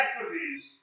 equities